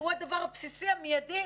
שהוא הדבר הבסיסי המיידי,